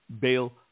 bale